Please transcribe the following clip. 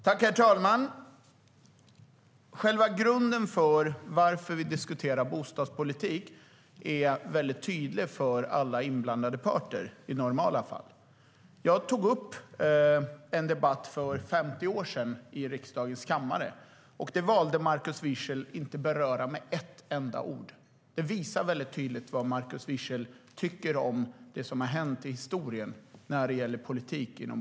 Herr talman! Själva grunden för att vi diskuterar bostadspolitik är i normala fall väldigt tydlig för alla inblandade parter. Jag tog upp en debatt som var för 50 år sedan i riksdagens kammare, och den valde Markus Wiechel att inte beröra med ett enda ord. Det visar väldigt tydligt vad Markus Wiechel tycker om det som har hänt i historien inom bostadspolitiken.